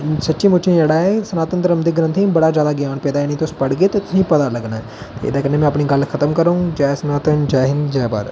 सच्ची मुच्ची जेह्ड़ा ऐ सनातन धर्म दे ग्रंथें च बड़ा जैदा ज्ञान पेदा ऐ इ'नेंगी तुस पढ़गे ते तुसेंगी पता लग्गना ऐ ते एह्दे कन्नै में अपनी गल्ल खत्म करङ जय सनातन जय हिंद जय भारत